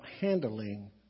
handling